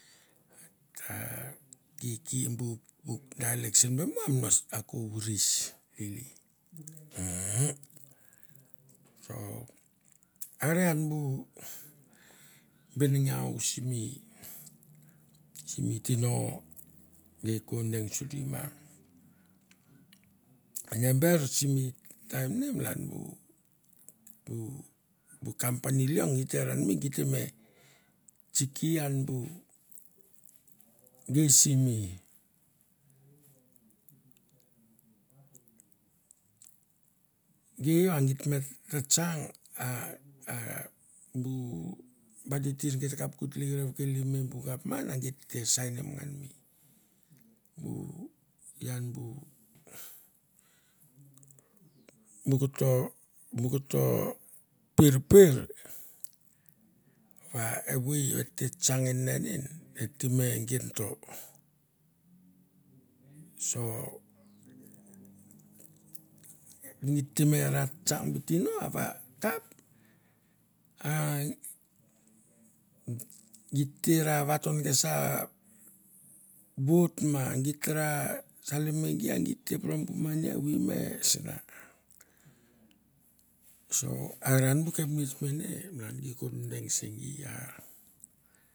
A gi ki bu dialect sen be mo, a ko vuris lili a a. So are an bu benengue simi simi tino gei ko deng suri ma. Ne ber simi taim ne malan bu bu bu company leong gi te ranmei gi te me tsiki ian bu di simi, gi va geit me tsa tsang a a bu ba titir geit kap ko tlekere vekeli me bu gapman a geit te signim ngan mi bu ian bu bu koto bu koto pirpir va evoi va et te tsang en nenin et te me gento. So git te me ra tsang biti no va akap a git te ra vaton ke sa vot ma gi ta ra salim nge gi a gi te poro bu mani a evoi me sana. So are an bu kapnets mene malan gi ko deng se gi.